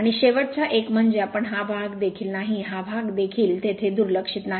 आणि शेवटचा एक म्हणजे आपण हा भाग देखील नाही हा भाग देखील तेथे दुर्लक्षीत नाही